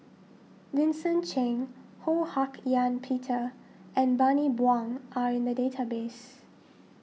Vincent Cheng Ho Hak Ean Peter and Bani Buang are in the database